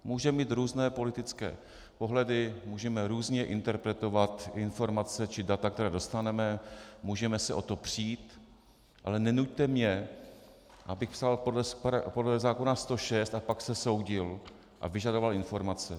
Můžeme mít různé politické pohledy, můžeme různě interpretovat informace či data, která dostaneme, můžeme se o to přijít, ale nenuťte mě, abych psal podle zákona 106 a pak se soudil a vyžadoval informace.